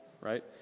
right